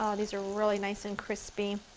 ah these are really nice and crispy!